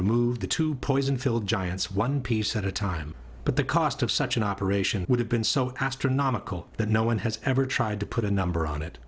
remove the two poison filled giants one piece at a time but the cost of such an operation would have been so astronomical that no one has ever tried to put a number on it